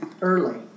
early